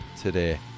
today